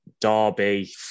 Derby